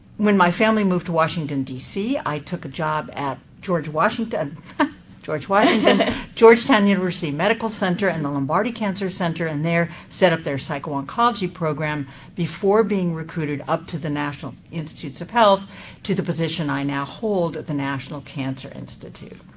when my family moved to washington, d c, i took a job at george washington george washington georgetown university medical center and the lombardi cancer center in there, set up their psycho-oncology program before being recruited up to the national institutes of health to the position i now hold at the national cancer institute.